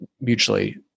mutually